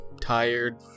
tired